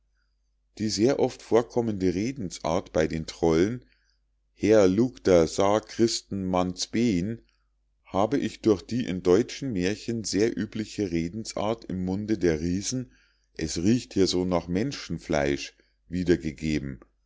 die sehr oft vorkommende redensart bei den trollen her lugter saa christen mands been habe ich durch die in deutschen mährchen sehr übliche redensart im munde der riesen es riecht hier so nach menschenfleisch wiedergegeben